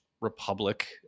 republic